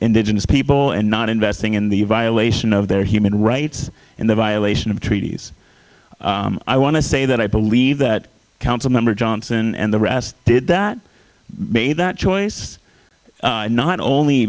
indigenous people and not investing in the violation of their human rights and the violation of treaties i want to say that i believe that council member johnson and the rest did that made that choice not only